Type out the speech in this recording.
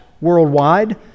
worldwide